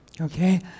Okay